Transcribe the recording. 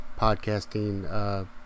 podcasting